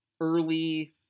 early